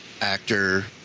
actor